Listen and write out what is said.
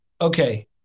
okay